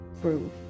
prove